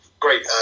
great